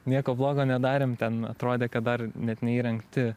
nieko blogo nedarėm ten atrodė kad dar net neįrengti